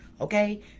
okay